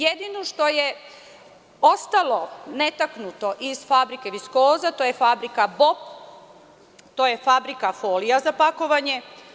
Jedino što je ostalo netaknuto je fabrike „Viskoza“ je fabrika BOP, to je fabrika folija za pakovanje.